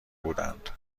بودند